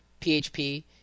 PHP